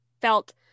felt